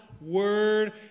word